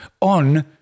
on